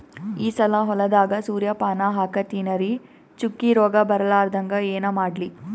ಈ ಸಲ ಹೊಲದಾಗ ಸೂರ್ಯಪಾನ ಹಾಕತಿನರಿ, ಚುಕ್ಕಿ ರೋಗ ಬರಲಾರದಂಗ ಏನ ಮಾಡ್ಲಿ?